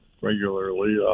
Regularly